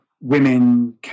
Women